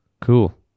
cool